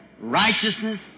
righteousness